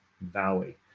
Valley